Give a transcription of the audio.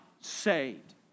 saved